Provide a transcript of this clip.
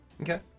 Okay